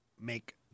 make